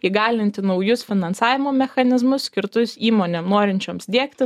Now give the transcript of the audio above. įgalinti naujus finansavimo mechanizmus skirtus įmonėm norinčioms diegti